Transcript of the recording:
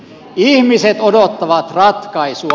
ihmiset odottavat ratkaisua